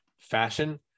fashion